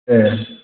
ए